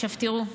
עכשיו, תראו,